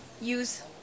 use